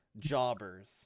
jobbers